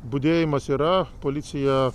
budėjimas yra policija